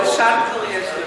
בלשן כבר יש לנו.